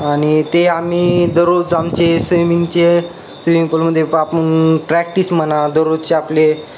आणि ते आम्ही दररोज आमचे स्विमिंगचे स्विमिंग पूलमध्ये आपण प्रॅक्टिस म्हणा दररोजचे आपले